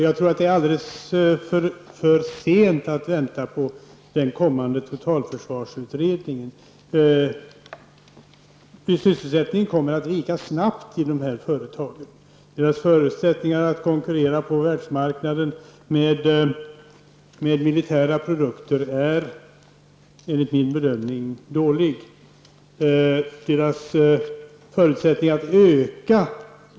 Jag tror att det blir alldeles för sent om man skall vänta på den kommande totalförsvarsutredningen. Sysselsättningen kommer att sjunka snabbt inom dessa företag. Deras förutsättningar att konkurrera på världsmarknaden med militära produkter är enligt min bedömning dåliga.